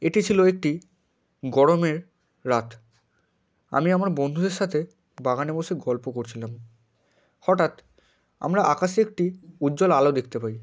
এটি ছিল একটি গরমের রাত আমি আমার বন্ধুদের সাথে বাগানে বসে গল্প করছিলাম হঠাৎ আমরা আকাশে একটি উজ্জ্বল আলো দেখতে পাই